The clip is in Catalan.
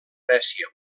grècia